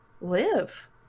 live